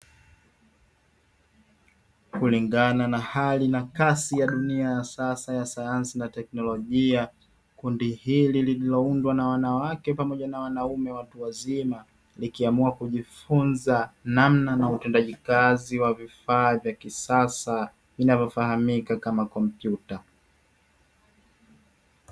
Kulingana na hali na kasi ya Dunia ya sasa ya sayansi na teknolojia, kundi hili lililoundwa na wanawake pamoja na wanaume watu wazima, likiamua kujifunza namna ya utendaji kazi wa vifaa vya kisasa vinavyofahamika kama kompyuta.